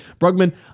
Brugman